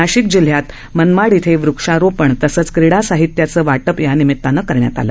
नाशिक जिल्ह्यात मनमाड इथं वक्षारोपण तसंच क्रीडा साहित्याचं वाटप या निमितानं करण्यात आलं